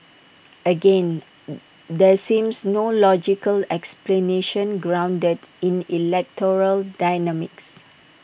again there seems no logical explanation grounded in electoral dynamics